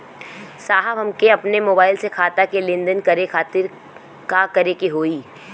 साहब हमके अपने मोबाइल से खाता के लेनदेन करे खातिर का करे के होई?